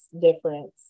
difference